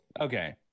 Okay